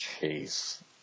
Chase